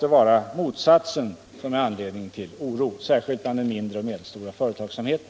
Det är motsatsen som bör ge anledning till oro, särskilt när det gäller den mindre och medelstora företagsamheten.